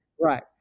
right